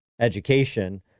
education